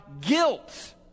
guilt